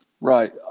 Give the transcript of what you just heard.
Right